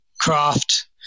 craft